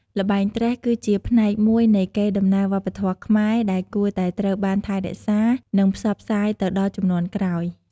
ល្បែង ត្រេះ គឺជាផ្នែកមួយនៃកេរដំណែលវប្បធម៌ខ្មែរដែលគួរតែត្រូវបានថែរក្សា និងផ្សព្វផ្សាយទៅដល់ជំនាន់ក្រោយ។